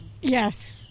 Yes